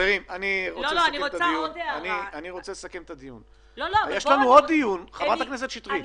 הפקידות אומרת שאלו המסקנות שהם